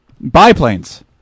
Biplanes